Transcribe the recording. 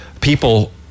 people